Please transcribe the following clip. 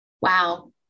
Wow